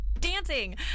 dancing